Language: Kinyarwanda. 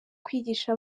kwigisha